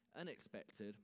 Unexpected